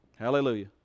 Hallelujah